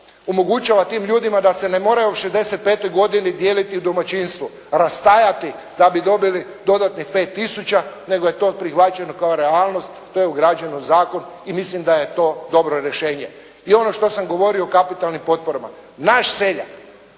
omogućava tim ljudima da se ne moraju u 65-oj godini dijeliti domaćinstvo, rastajati da bi dobili dodatnih 5 tisuća, nego je to prihvaćeno kao realnost, to je ugrađeno u zakon i mislim da je to dobro rješenje. I ono što sam govorio o kapitalnim potporama, naš seljak,